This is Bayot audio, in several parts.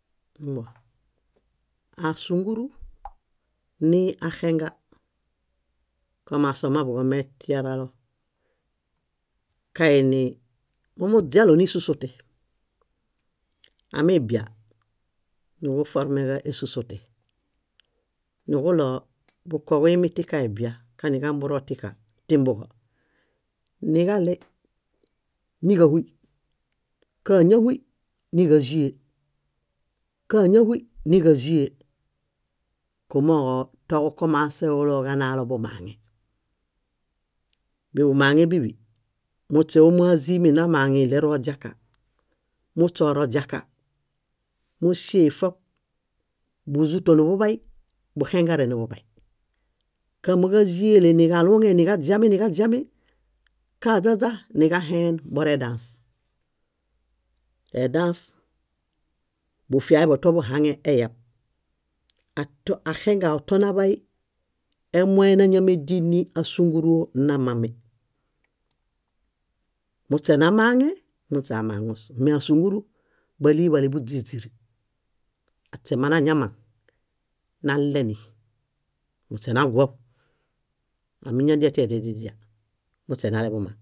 . Mbõ. Ásunguru ni axinga, komasomaḃuġo metiaralo kaini momuźialo nísosote. Amibia, nuġuformeġa ésosote. Nuġuɭoo bukoġuimitia ebia, kanimburo tika timbuġo. Niġaɭe, níġahuy. Káñahuy níġzie, káñahuy níġzie. Kumooġo toġukomaseulo ġanaalo ḃumaaŋe. Buḃumaŋe bíḃi, muśe ómuaziimi namaaŋi iɭeruoźaka, muśe oroźaka. Músie ifok búzuto niḃuḃay, buxengare niḃuḃay. Kámuġaziele niġaluuŋe, niġaźiami, niġaźiami kaźaźa niġaheen boredãs. Edãs, bufiaḃo toḃuhaŋe eyab. Ato- axengao tonaḃay emoẽ náñamedin ni ásunguruo namami. Muśe namaŋe, muśe amaŋus. Me ásunguru, báliḃale búźiźiri. Aśe manamaŋ, naleni. Muśe naguṗ. Aminadiati edididia muśe naleḃumaŋ.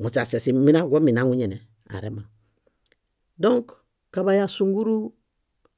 Muśe aśe siminaguomi naŋuñene, aremaŋ. Dõk, kaḃay ásunguru